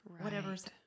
whatever's